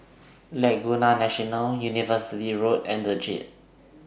Laguna National University Road and The Jade